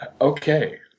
okay